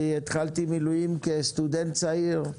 כי התחלתי מילואים כסטודנט צעיר,